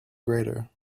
greater